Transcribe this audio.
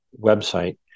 website